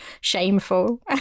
shameful